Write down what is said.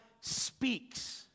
speaks